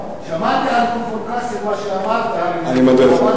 שמעתי מה אמרת על כפר-קאסם, אני מודה לך.